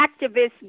activists